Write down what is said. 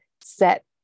set